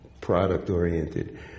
product-oriented